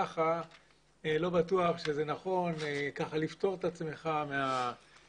כך לא בטוח שזה נכון לפטור את עצמך מהעול.